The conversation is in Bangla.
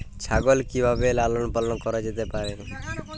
ছাগল কি ভাবে লালন পালন করা যেতে পারে?